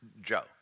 Joe